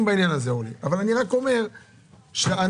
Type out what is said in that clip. שאנחנו מאשרים כרגע,